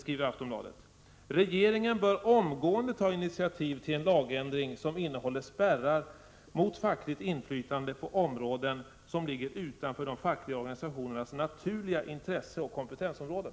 Regeringen bör omgående ta initiativ till en lagändring som innehåller spärrar mot fackligt inflytande på områden som ligger utanför de fackliga organisationernas naturliga intresseoch kompetensområden.”